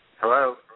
Hello